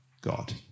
God